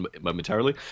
momentarily